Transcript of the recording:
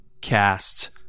cast